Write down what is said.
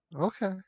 Okay